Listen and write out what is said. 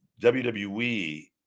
wwe